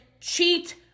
cheat